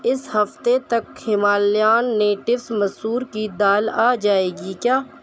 اس ہفتے تک Himalayan natives مسور کی دال آ جائے گی کیا